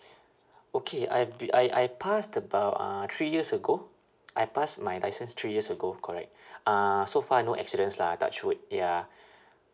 okay I be~ I I passed about uh three years ago I passed my license three years ago correct uh so far no accidents lah touch wood ya